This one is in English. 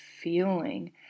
feeling